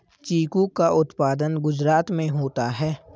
चीकू का उत्पादन गुजरात में होता है